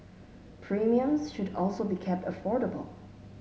premiums should also be kept affordable